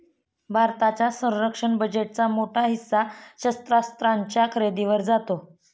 भारताच्या संरक्षण बजेटचा मोठा हिस्सा शस्त्रास्त्रांच्या खरेदीवर जातो